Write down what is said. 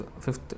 fifth